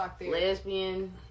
Lesbian